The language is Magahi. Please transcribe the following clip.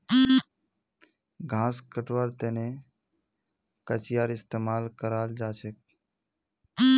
घास कटवार तने कचीयार इस्तेमाल कराल जाछेक